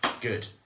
good